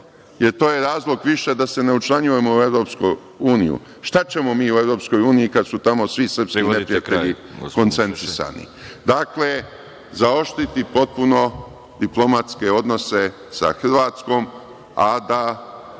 jer to je razlog više da se ne učlanjujemo u EU. Šta ćemo mi u EU kada su tamo svi srpski neprijatelji koncentrisani? Dakle, zaoštriti potpuno diplomatske odnose sa Hrvatskom, a da